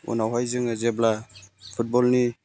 उनावहाय जोङो जेब्ला फुटबलनि